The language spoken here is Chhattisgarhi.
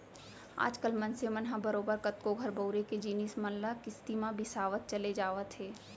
आज कल मनसे मन ह बरोबर कतको घर बउरे के जिनिस मन ल किस्ती म बिसावत चले जावत हवय